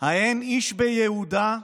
האין איש ביהודה,